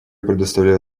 предоставляю